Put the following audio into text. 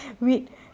wait